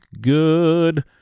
good